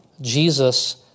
Jesus